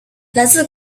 来自